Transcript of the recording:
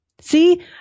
See